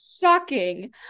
Shocking